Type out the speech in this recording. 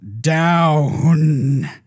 Down